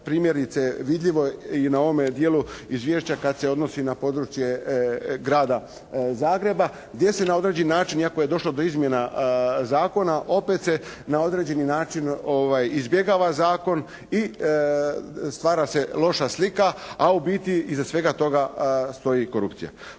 primjerice vidljivo i na ovom dijelu Izvješća kad se odnosi na područje Grada Zagreba, gdje se na određeni način iako je došlo do izmjena zakona, opet se na određeni način izbjegava zakon i stvara se loša slika. A u biti iza svega toga stoji korupcija.